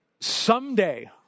Someday